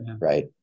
Right